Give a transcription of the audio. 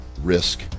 risk